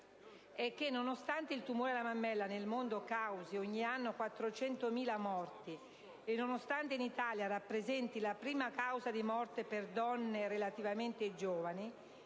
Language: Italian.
Nonostante il tumore alla mammella nel mondo causi ogni anno 400.000 morti e nonostante in Italia rappresenti la prima causa di morte per donne relativamente giovani,